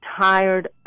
tired